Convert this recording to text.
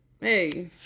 hey